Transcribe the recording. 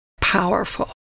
Powerful